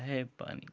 है पानी